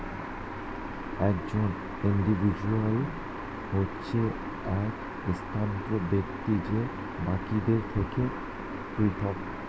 একজন ইন্ডিভিজুয়াল হচ্ছে এক স্বতন্ত্র ব্যক্তি যে বাকিদের থেকে পৃথক